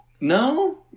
No